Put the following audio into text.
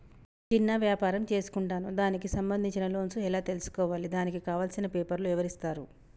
చిన్న వ్యాపారం చేసుకుంటాను దానికి సంబంధించిన లోన్స్ ఎలా తెలుసుకోవాలి దానికి కావాల్సిన పేపర్లు ఎవరిస్తారు?